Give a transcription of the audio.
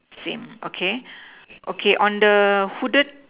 same okay okay on the hooded